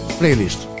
playlist